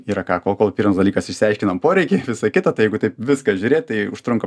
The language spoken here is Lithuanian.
yra ką kol kol pirmas dalykas išsiaiškinam poreikį visa kita tai jeigu taip viską žiūrėt tai užtrunka